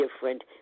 different